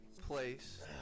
place